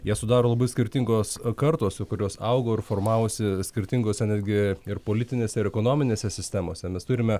jas sudaro labai skirtingos kartos kurios augo ir formavosi skirtingose netgi ir politinėse ir ekonominėse sistemose mes turime